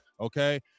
okay